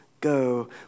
go